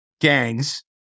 gangs